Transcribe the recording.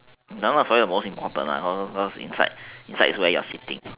got a lot of accessories is most important [what] cause cause cause inside inside is where you're sitting